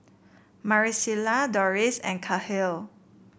Maricela Dorris and Kahlil